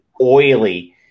oily